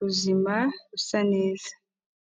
ruzima rusa neza.